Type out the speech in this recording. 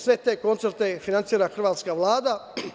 Sve te koncerte finansira hrvatska Vlada.